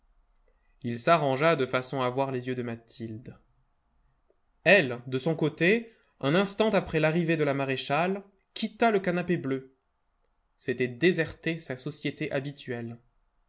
il s'arrangea de façon à voir les yeux de mathilde elle de son côté un instant après l'arrivée de la maréchale quitta le canapé bleu c'était déserter sa société habituelle